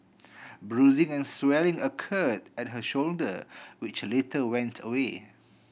bruising and swelling occurred at her shoulder which later went away